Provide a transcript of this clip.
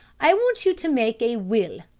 i want you to make a will.